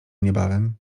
niebawem